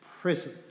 prison